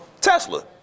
Tesla